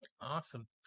Awesome